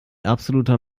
absoluter